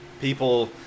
People